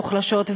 המוחלשות,